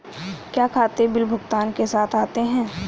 क्या खाते बिल भुगतान के साथ आते हैं?